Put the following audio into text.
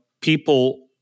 people